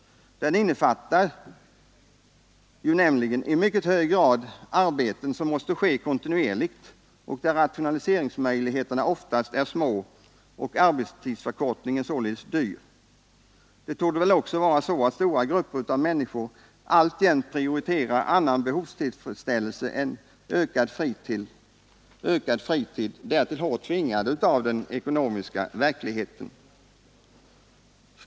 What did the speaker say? Den innefattar nämligen i mycket hög grad arbeten som måste utföras kontinuerligt i tid och där rationaliseringsmöjligheterna oftast är små och arbetstidsförkortningen således dyr. Det torde också vara så att stora grupper av människor prioriterar annan behovstillfredsställelse än ökad fritid, därtill hårt tvingade av den ekonomiska verkligheten.